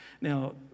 Now